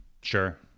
Sure